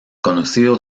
conocido